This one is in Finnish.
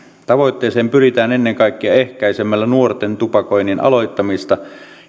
tavoitteeseen pyritään ennen kaikkea ehkäisemällä nuorten tupakoinnin aloittamista